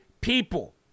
people